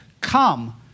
Come